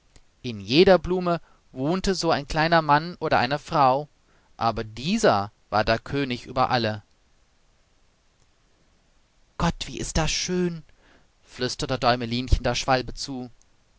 in jeder blume wohnte so ein kleiner mann oder eine frau aber dieser war der könig über alle gott wie ist er schön flüsterte däumelinchen der schwalbe zu